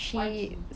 sparky